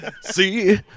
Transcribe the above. See